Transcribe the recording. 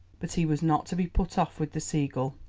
but he was not to be put off with the seagull.